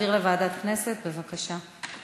להעביר לוועדת הכנסת, בבקשה.